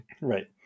Right